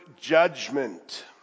judgment